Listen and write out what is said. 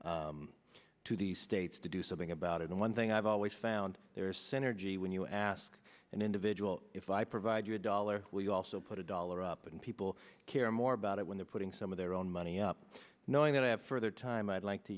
funds to the states to do something about it and one thing i've always found there is synergy when you ask an individual if i provide you a dollar will you also put a dollar up and people care more about it when they're putting some of their own money up knowing that i have further time i'd like to